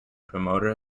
promoter